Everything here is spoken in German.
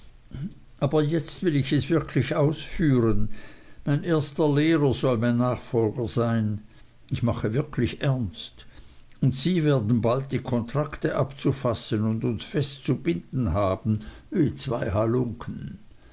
aber jetzt will ich es wirklich ausführen mein erster lehrer soll mein nachfolger sein ich mache wirklich ernst und sie werden bald die kontrakte abzufassen und uns fest zu binden haben wie zwei halunken